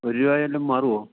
ഒരു രൂപയേലും മാറുമോ